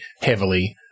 heavily